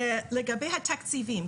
לגבי התקציבים.